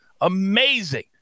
Amazing